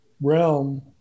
realm